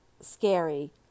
scary